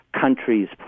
countries